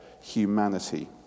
humanity